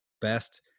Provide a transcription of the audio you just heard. best